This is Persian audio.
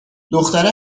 دختره